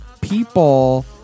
people